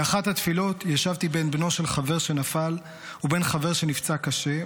באחת התפילות ישבתי בין בנו של חבר שנפל ובין חבר שנפצע קשה,